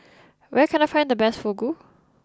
where can I find the best Fugu